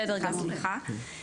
סליחה, סליחה.